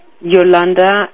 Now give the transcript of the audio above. Yolanda